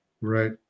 Right